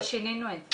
שינינו את זה.